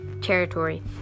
territory